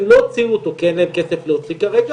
הן לא הוציאו אותו כי אין להן כסף להוציא כרגע.